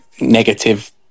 negative